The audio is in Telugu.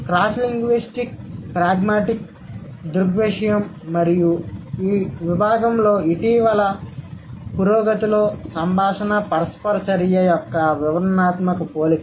క్రాస్ లింగ్విస్టిక్ ప్రాగ్మాటిక్ దృగ్విషయం మరియు ఈ విభాగంలో ఇటీవలి పురోగతిలో సంభాషణ పరస్పర చర్య యొక్క వివరణాత్మక పోలిక